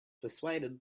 persuaded